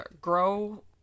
grow